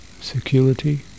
security